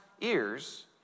ears